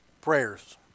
prayers